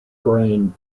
grain